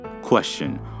Question